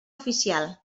oficial